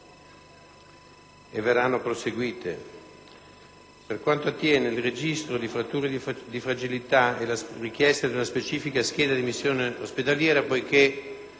e verranno proseguite. In merito poi al Registro delle fratture di fragilità e alla richiesta di una specifica scheda di dimissione ospedaliera, poiché